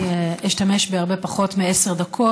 אני אשתמש בהרבה פחות מעשר דקות.